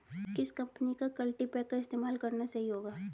किस कंपनी का कल्टीपैकर इस्तेमाल करना सही होगा?